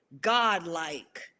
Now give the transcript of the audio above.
godlike